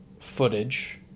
footage